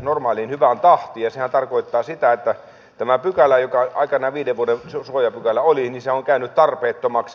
normaaliin hyvään tahtiin ja sehän tarkoittaa sitä että tämä pykälä joka aikoinaan viiden vuoden suojapykälä oli on käynyt tarpeettomaksi